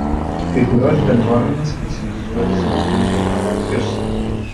kai kurios bendruomenės specializuojasi auginti arachius